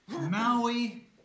Maui